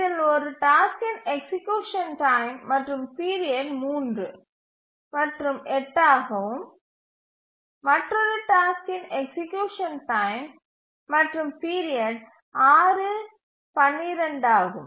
இதில் ஒரு டாஸ்க்கின் எக்சீக்யூசன் டைம் மற்றும் பீரியட் 3 மற்றும் 8 ஆகவும் மற்றொரு டாஸ்க்கின் எக்சீக்யூசன் டைம் மற்றும் பீரியட் 6 மற்றும் 12 ஆகும்